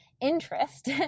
interest